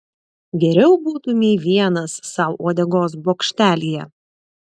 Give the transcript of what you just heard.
geriau būtumei vienas sau uodegos bokštelyje